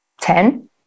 ten